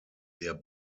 der